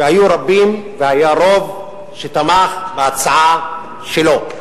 והיו רבים, והיה רוב שתמך בהצעה שלו.